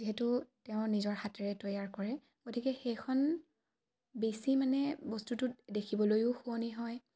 যিহেতু তেওঁ নিজৰ হাতেৰে তৈয়াৰ কৰে গতিকে সেইখন বেছি মানে বস্তুটোত দেখিবলৈয়ো শুৱনি হয়